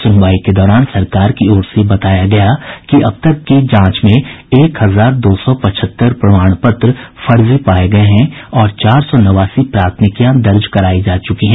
सुनवाई के दौरान सरकार की ओर से बताया गया कि अब तक की जांच में एक हजार दो सौ पचहत्तर प्रमाण पत्र फर्जी पाये गये हैं और चार सौ नवासी प्राथमिकियां दर्ज करायी जा च्रकी हैं